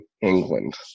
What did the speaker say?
England